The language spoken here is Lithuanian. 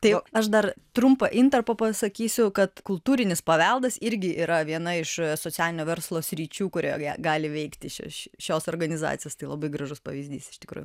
tai aš dar trumpą intarpą pasakysiu kad kultūrinis paveldas irgi yra viena iš socialinio verslo sričių kurioje gali veikti šeš šios organizacijos tai labai gražus pavyzdys iš tikrųjų